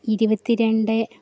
ഇരുപത്തി രണ്ട്